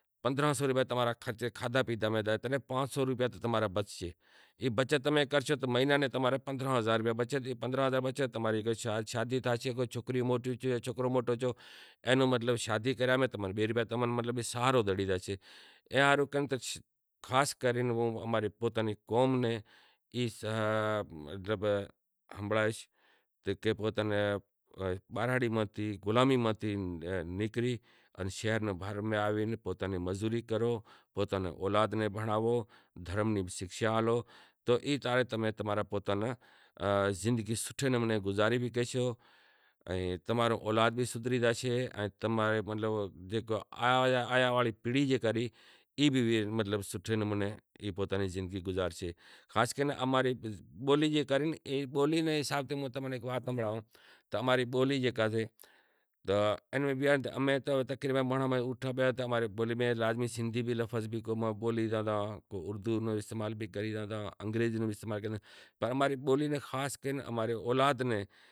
موں ماں پوتانی زندگی ماں تھوڑو احوال ہنبھڑائوں تو، ماں ری پیدائش تھئی اونڑیہہ سو ٹیہٹھ ماں ری اسکول نا سوکراں تھیں مذاق وغیرہ بھی تھاتو رہتو ہیک جیڈلا ہوتا آہستے آہستےکجھ اماں نا پتا ہتا بزنس بھی سوٹو موٹو ہتو، شام نی اماری کچہری تھیتی تقریبن ماں ری داہ بارنہں سال عمر ہوئے، داہ سال عمر ہتی، گھر نے باہر اماں ری اوطاق ٹھیل ہتی تو بیٹھا ہتا تو سوکراں منکیں ہوتیں دکان میں گڑ لئی آ اتا رے چانہیں پیاڑ، چھوکری ماں ری بیہن ہتی کہے گڑ شوں لے زائے تو میں کیدہو شام نو امیں کچہری کراں اوطاق ماں چانہیں کاڈھے پیئاں۔